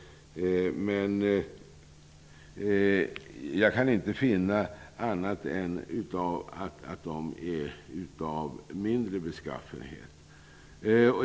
Men jag kan inte finna annat än att de är av mindre betydelse.